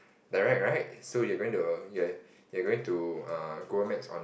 direct right so you're going to uh you're going to err Google Maps on